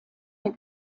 der